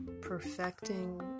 perfecting